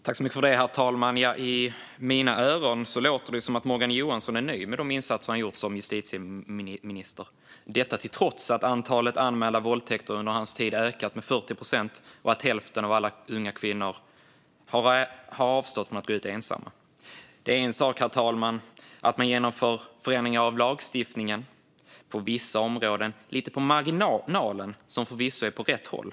Herr talman! I mina öron låter det som att Morgan Johansson är nöjd med de insatser han har gjort som justitieminister, detta trots att antalet anmälda våldtäkter under hans tid har ökat med 40 procent och att hälften av alla unga kvinnor har avstått från att gå ut ensamma. Det är en sak, herr talman, att man på vissa områden genomför förändringar av lagstiftningen lite på marginalen, förvisso åt rätt håll.